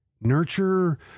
Nurture